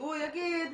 הוא יגיד "לא,